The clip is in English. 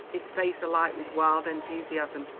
his face alight with wild enthusiasm,